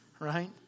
Right